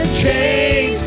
chains